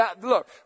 Look